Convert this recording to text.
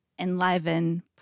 enliven